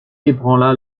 ébranla